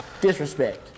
Disrespect